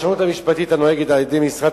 הפרשנות המשפטית הנוהגת על-ידי משרד